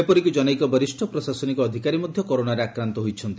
ଏପରିକି ଜନୈକ ବରିଷ୍ଡ ପ୍ରଶାସନିକ ଅଧିକାରୀ ମଧ୍ଧ କରୋନାରେ ଆକ୍ରାନ୍ନ ହୋଇଛନ୍ତି